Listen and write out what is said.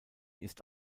ist